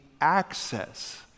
access